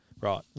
Right